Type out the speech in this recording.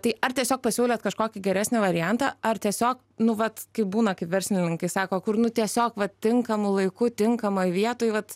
tai ar tiesiog pasiūlėt kažkokį geresnį variantą ar tiesiog nu vat kaip būna kaip verslininkai sako kur nu tiesiog va tinkamu laiku tinkamoj vietoj vat